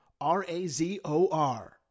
R-A-Z-O-R